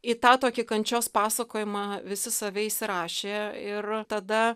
į tą tokį kančios pasakojimą visi save įsirašė ir tada